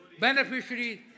beneficiaries